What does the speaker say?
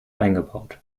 eingebaut